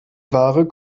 ware